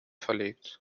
verlegt